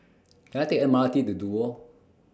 Can I Take M R T to Duo